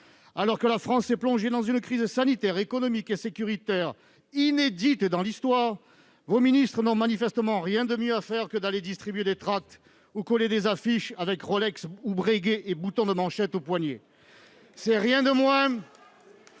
Alors que la France est plongée dans une crise sanitaire, économique et sécuritaire inédite dans l'histoire, vos ministres n'ont manifestement rien de mieux à faire que d'aller distribuer des tracts ou coller des affiches, avec Rolex, ou Bréguet, et boutons de manchette aux poignets. Le ministre